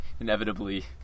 inevitably